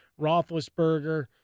Roethlisberger